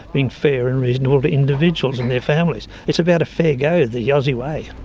being fair and reasonable to individuals and their families. it's about a fair go, the aussie way.